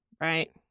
Right